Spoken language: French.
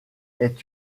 est